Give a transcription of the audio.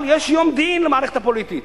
אבל יש יום דין למערכת הפוליטית.